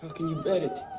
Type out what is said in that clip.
can you bear it?